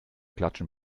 klatschen